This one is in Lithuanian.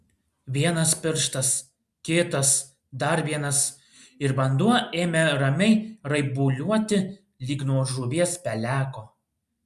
vienas pirštas kitas dar vienas ir vanduo ėmė ramiai raibuliuoti lyg nuo žuvies peleko